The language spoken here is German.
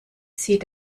sie